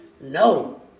No